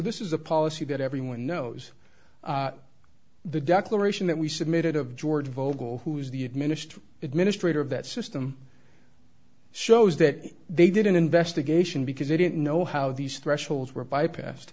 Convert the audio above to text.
this is a policy that everyone knows the declaration that we submitted of george vogel who is the administer administrator of that system shows that they did an investigation because they didn't know how these thresholds were bypassed